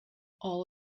all